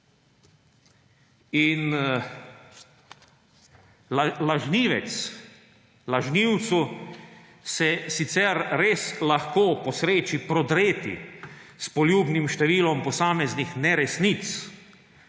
še enkrat. Lažnivcu se sicer res lahko posreči prodreti s poljubnim številom posameznih neresnic,